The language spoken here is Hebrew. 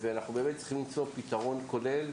אנחנו צריכים למצוא פתרון כולל,